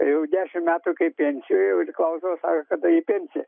jau dešimt metų kaip pensijoj o klausdavo sako kada į pensiją